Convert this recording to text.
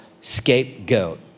scapegoat